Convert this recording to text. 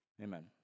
Amen